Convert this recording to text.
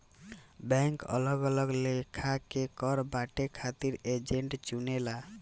bank अलग अलग लेखा के कर बांटे खातिर एजेंट चुनेला